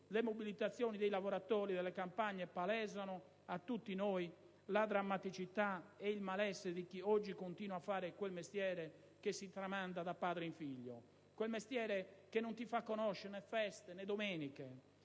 le mobilitazioni dei lavoratori delle campagne palesano a tutti noi la drammaticità e il malessere di chi oggi continua a fare quel mestiere che si tramanda da padre in figlio, quel mestiere che non ti fa conoscere né feste né domeniche,